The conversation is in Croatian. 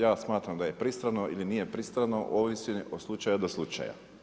Ja smatram da je pristrano ili nije pristrano, ovisi od slučaja do slučaja.